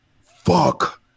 Fuck